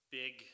big